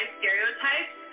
stereotypes